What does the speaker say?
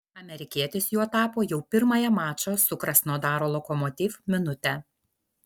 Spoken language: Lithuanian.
amerikietis juo tapo jau pirmąją mačo su krasnodaro lokomotiv minutę